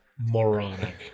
Moronic